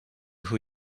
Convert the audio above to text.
who